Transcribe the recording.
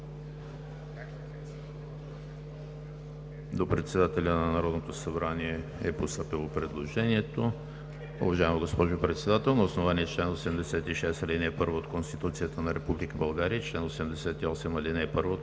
До Председателя на Народното събрание е постъпило предложение: „Уважаема госпожо Председател, на основание чл. 86, ал. 1 от Конституцията на Република България и чл. 88, ал. 1 от